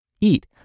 eat